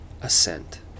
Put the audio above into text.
assent